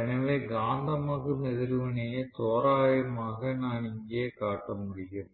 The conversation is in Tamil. எனவே காந்தமாக்கும் எதிர்வினையை தோராயமாக நான் இங்கே காட்ட முடியும்